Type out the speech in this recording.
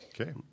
Okay